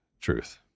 truth